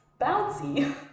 bouncy